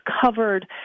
covered